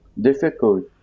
difficult